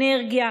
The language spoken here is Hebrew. אנרגיה,